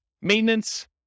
maintenance